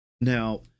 Now